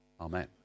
Amen